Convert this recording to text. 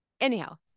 anyhow